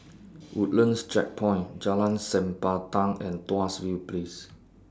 Woodlands Checkpoint Jalan Sempadan and Tuas View Place